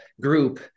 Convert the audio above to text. group